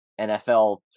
NFL